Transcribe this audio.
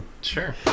Sure